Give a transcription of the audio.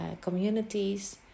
communities